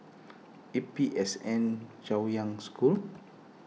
A P S N Chaoyang School